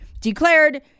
declared